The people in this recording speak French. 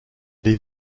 les